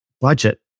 budget